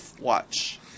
Watch